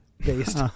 based